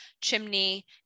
chimney